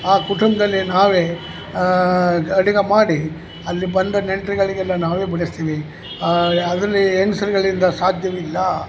ಆ ಕುಟುಂಬದಲ್ಲಿ ನಾವೇ ಗ್ ಅಡುಗೆ ಮಾಡಿ ಅಲ್ಲಿ ಬಂದ ನೆಂಟ್ರುಗಳಿಗೆಲ್ಲ ನಾವೇ ಬಡಿಸ್ತೀವಿ ಅದರಲ್ಲಿ ಹೆಂಗ್ಸ್ರುಗಳಿಂದ ಸಾಧ್ಯವಿಲ್ಲ